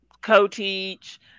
co-teach